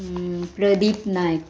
Pradeep Naik